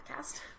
podcast